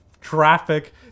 traffic